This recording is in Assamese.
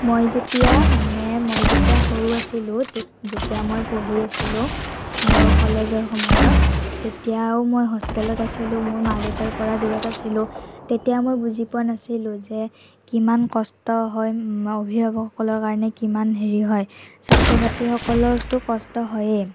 মই যেতিয়া মানে মই যেতিয়া সৰু আছিলো যেতিয়া মই পঢ়ি আছিলো মোৰ কলেজৰ সময়ত তেতিয়াও মই হষ্টেলত আছিলো মোৰ মা দেউতাৰ পৰা দূৰত আছিলো তেতিয়া মই বুজি পোৱা নাছিলো যে কিমান কষ্ট হয় অভিভাৱকসকলৰ কাৰণে কিমান হেৰি হয় ছাত্ৰ ছাত্ৰীসকলৰটো কষ্ট হয়েই